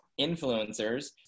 influencers